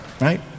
right